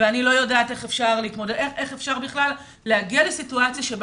אני לא מבינה איך מגיעים בכלל לסיטואציה שבה